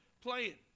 playing